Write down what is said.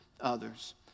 others